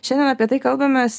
šiandien apie tai kalbamės